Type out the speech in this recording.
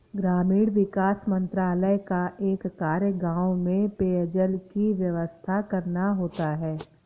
ग्रामीण विकास मंत्रालय का एक कार्य गांव में पेयजल की व्यवस्था करना होता है